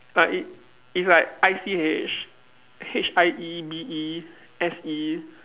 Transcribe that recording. like it it's like I C H H I E B E S E